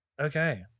okay